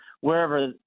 wherever